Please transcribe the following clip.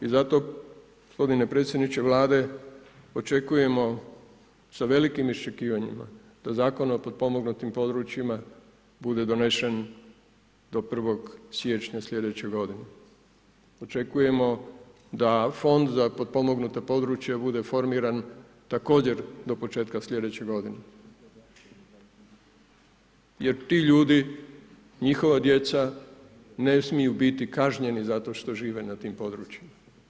I zato gospodine predsjedniče Vlade, očekujemo sa velikim iščekivanjima da Zakon o potpomognutim područjima bude donesen do 1. siječnja sljedeće g. Očekujemo da fond za potpomognuta područja bude formiran, također do početka slj. g. jer ti ljudi, njegova djeca ne smiju biti kažnjeni zato što žive na tim područjima.